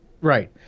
right